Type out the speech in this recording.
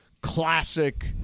classic